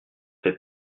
fait